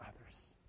others